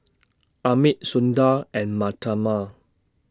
Amit Sundar and Mahatma